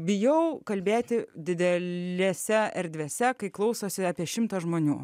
bijau kalbėti didelėse erdvėse kai klausosi apie šimtas žmonių